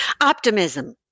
Optimism